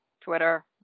Twitter